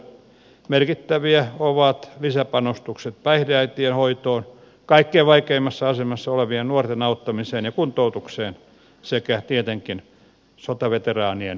merkittäviä ovat lisäpanostukset päihdeäitien hoitoon kaikkein vaikeimmassa asemassa olevien nuorten auttamiseen ja kuntoutukseen sekä tietenkin sotaveteraanien kuntoutukseen